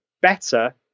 better